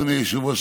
אדוני היושב-ראש,